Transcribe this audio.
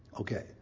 Okay